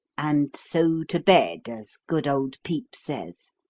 and so, to bed as good old pepys says.